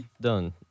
Done